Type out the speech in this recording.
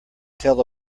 tell